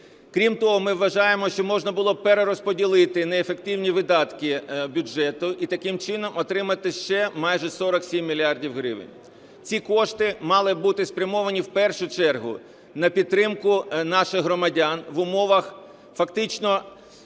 Крім того, ми вважаємо, що можна було б перерозподілити неефективні видатки бюджету і таким чином отримати ще майже 47 мільярдів гривень. Ці кошти мали б бути спрямовані в першу чергу на підтримку наших громадян в умовах фактично…